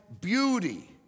beauty